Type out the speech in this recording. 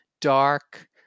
dark